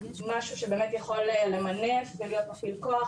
משהו שבאמת יכול למנף ולהיות מפעיל כוח,